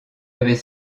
avaient